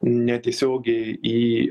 netiesiogiai į